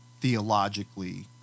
theologically